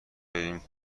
بریم